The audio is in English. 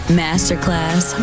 masterclass